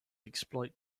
exploit